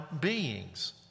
beings